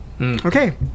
Okay